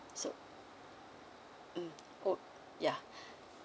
so mm oh ya